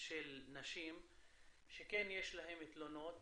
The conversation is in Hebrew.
של נשים שכן יש להן תלונות